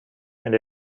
and